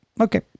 Okay